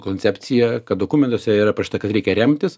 koncepcija kad dokumentuose yra parašyta kad reikia remtis